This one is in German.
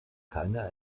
keine